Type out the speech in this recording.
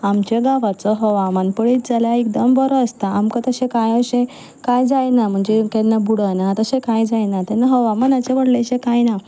आमचे गांवाचो हवामान पयत जाल्यार एकदम बरो आसता आमकां तशें कांय अशें कांय जायना म्हणचें केन्ना बुडना तशें कांय जायना तेन्ना हवामानाचें व्हडलेंशें कांय ना